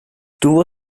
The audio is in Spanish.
tuvo